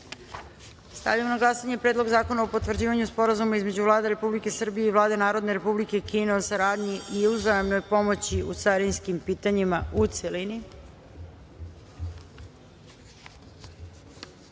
zakona. Stavljam na glasanje Predlog zakona o potvrđivanju Sporazuma između Vlade Republike Srbije i Vlade Narodne Republike Kine o saradnji i uzajamnoj pomoći o carinskim pitanjima, u